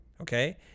Okay